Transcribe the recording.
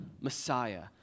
Messiah